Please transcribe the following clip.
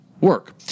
work